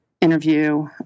interview